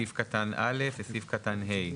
לגבי סעיף קטן א' וסעיף קטן ה',